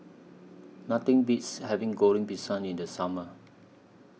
Nothing Beats having Goreng Pisang in The Summer